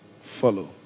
follow